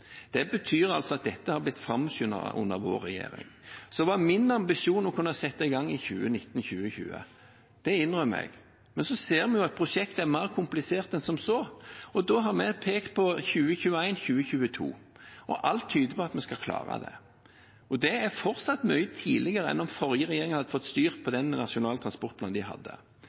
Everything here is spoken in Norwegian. Det betyr at dette har blitt framskyndet under vår regjering. Min ambisjon var å kunne sette i gang i 2019/2020 – det innrømmer jeg. Men så ser vi at prosjektet er mer komplisert enn som så, og da har vi pekt på 2021/2022. Alt tyder på at vi skal klare det. Det er fortsatt mye tidligere enn om forrige regjering hadde fått styre etter den nasjonale transportplanen de hadde.